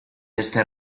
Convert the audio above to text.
esta